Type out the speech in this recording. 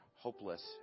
hopeless